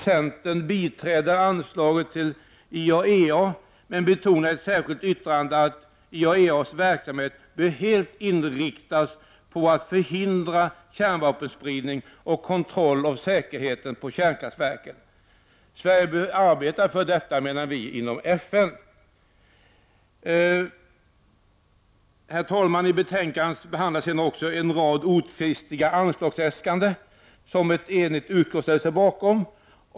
Centern biträder anslaget till IAEA, men betonar i ett särskilt yttrande att IAEAS:s verksamhet helt bör inriktas på att förhindra kärnvapenspridning och på kontroll av säkerheten på kärnkraftverken. Vi menar att Sverige bör arbeta för detta inom FN. Herr talman! I betänkandet behandlas också en rad otvistiga anslagsäskanden som ett enigt utskott ställer sig bakom.